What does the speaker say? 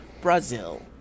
Brazil